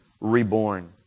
reborn